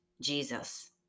Jesus